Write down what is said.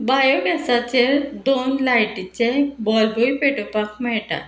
बायोगॅसाचेर दोन लायटीचे बल्बूय पेटोवपाक मेळटा